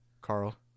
Carl